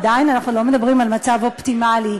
עדיין לא מדברים על מצב אופטימלי,